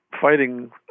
fighting